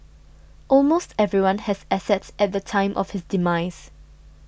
almost everyone has assets at the time of his demise